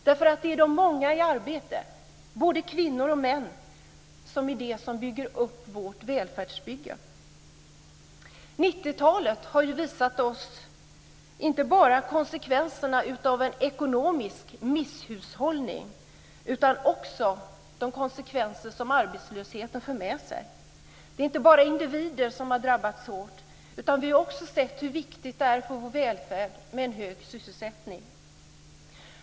Det är nämligen de många i arbete, både kvinnor och män, som är det som bär upp vårt välfärdsbygge. 90-talet har visat oss inte bara konsekvenserna av en ekonomisk misshushållning utan också de konsekvenser som arbetslösheten för med sig. Det är inte bara individer som har drabbats hårt. Vi har ju också sett hur viktigt det är för vår välfärd att vi har hög sysselsättning.